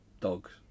dogs